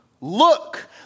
look